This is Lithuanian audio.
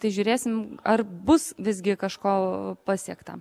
tai žiūrėsim ar bus visgi kažko pasiekta